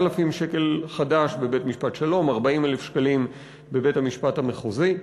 ש"ח בבית-משפט שלום ו-40,000 ש"ח בבית-משפט מחוזי.